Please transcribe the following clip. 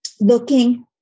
looking